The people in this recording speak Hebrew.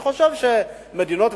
אני חושב שיש מדינות,